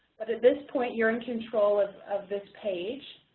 but at this point you're in control of of this page,